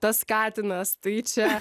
tas katinas tai čia